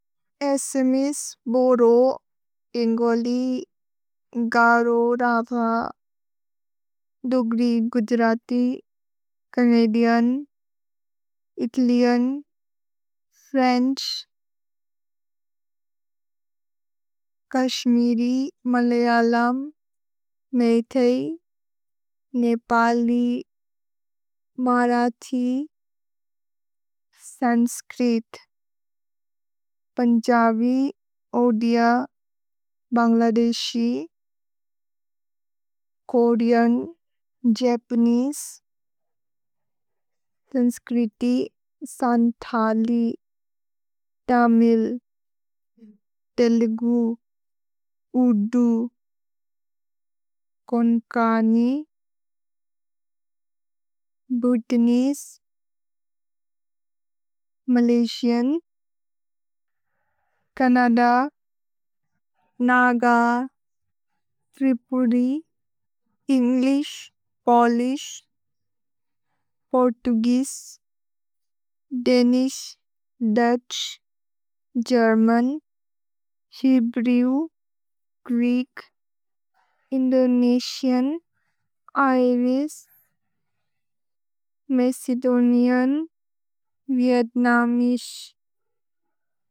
अस्सेमेसे, बोरो इन्गोलि गरो रथ, Dogri Gujarati, Canadian, Italian, French, Kashmiri, Malayalam, Meitei, Nepali, Marathi, Sanskrit, Punjabi, Odia, Bangladeshi, Korean, Japanese, सन्स्क्रिति, सन्थलि, तमिल्, तेलुगु, उद्दु, कोन्कनि, बुद्धनिस्, Malaysian, Kannada, Naga, Tripuri, English, Polish, Portuguese, Danish, Dutch, German, Hebrew, Greek, Indonesian, Irish, Macedonian, Vietnamese.